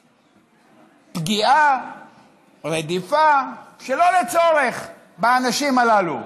פגיעה, רדיפה, שלא לצורך, באנשים הללו.